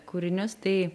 kūrinius tai